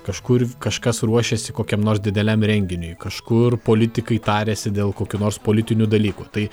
kažkur kažkas ruošiasi kokiam nors dideliam renginiui kažkur politikai tariasi dėl kokių nors politinių dalykų tai